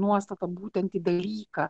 nuostata būtent į dalyką